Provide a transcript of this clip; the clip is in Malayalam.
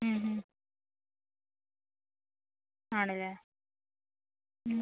മ് ആണല്ലേ മ്